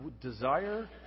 desire